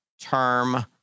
term